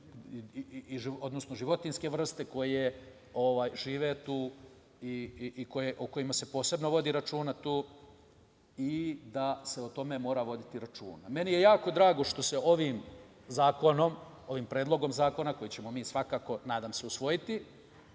određene životinjske vrste koje žive tu i o kojima se posebno vodi računa. Dakle, o tome se mora voditi računa. Meni je jako drago što se ovim zakonom, ovim predlogom zakona koji ćemo mi svakako, nadam se, usvojiti,